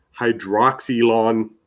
hydroxylon